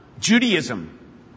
Judaism